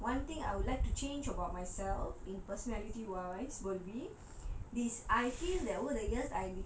one thing I would like to change about myself in personality wise will be